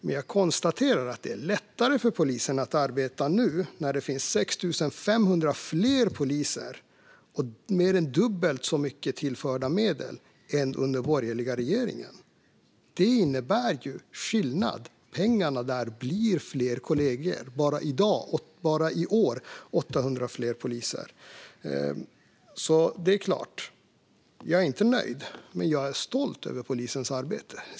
Men jag konstaterar att det är lättare för polisen att arbeta nu när det finns 6 500 fler poliser och mer än dubbelt så mycket tillförda medel som under den borgerliga regeringen. Det innebär en skillnad. Pengarna gör så att det blir fler kollegor. Bara i år blir det 800 fler poliser. Jag är såklart inte nöjd, men jag är stolt över polisens arbete.